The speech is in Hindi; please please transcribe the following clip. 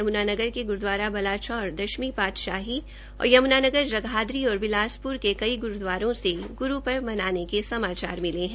यम्नानगर के ग्रूद्वारा बलाचौर दशमी पातशाही और यम्नानगर जगाधरी और बिलासप्र के कई ग्रूदवारों से ग्रपर्व मनाने के समाचार मिले है